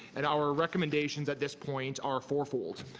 and our recommendations at this point are four fold.